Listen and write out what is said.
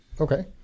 Okay